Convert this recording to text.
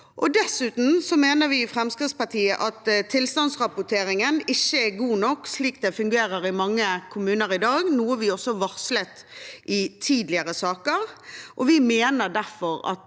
Dessuten mener vi i Fremskrittspartiet at tilstandsrapporteringen ikke er god nok slik det fungerer i mange kommuner i dag, noe vi også har varslet i tidligere saker. Vi mener derfor at